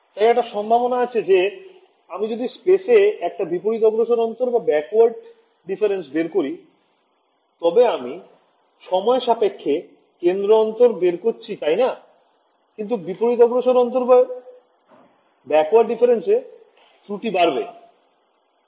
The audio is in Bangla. তাই একটা সম্ভাবনা আছে যে আমি যদি স্পেসে একটা বিপরীতগ্রসর পার্থক্য বের করি তবে আমি সময় সাপেক্ষে কেন্দ্র দূরত্ব বের করছি তাই না কিন্তু বিপরীতগ্রসর পার্থক্য এর ত্রুটি বাড়বে